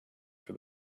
for